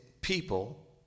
people